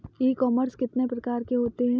ई commerce कितने प्रकार के होते हैं?